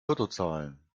lottozahlen